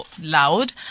loud